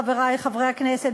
חברי חברי הכנסת,